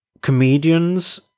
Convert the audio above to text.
comedians